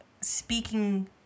speaking